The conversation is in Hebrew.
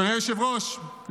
אדוני היושב-ראש,